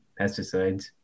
pesticides